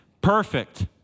perfect